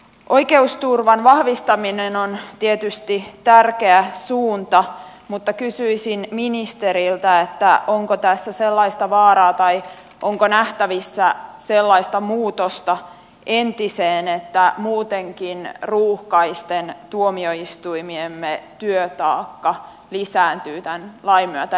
oikeusturvan vahvistaminen on tietysti tärkeä suunta mutta kysyisin ministeriltä onko tässä sellaista vaaraa tai onko nähtävissä sellaista muutosta entiseen että muutenkin ruuhkaisten tuomioistuimiemme työtaakka lisääntyy tämän lain myötä entisestään